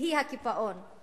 היא-היא הקיפאון.